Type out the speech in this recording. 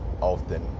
often